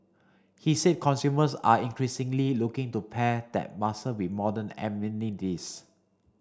he said consumers are increasingly looking to pair that muscle with modern amenities